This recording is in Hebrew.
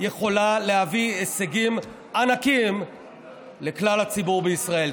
יכולה להביא הישגים ענקיים לכלל הציבור בישראל.